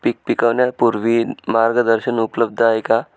पीक विकण्यापूर्वी मार्गदर्शन उपलब्ध आहे का?